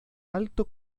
alto